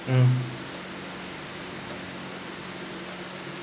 mm